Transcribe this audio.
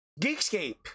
Geekscape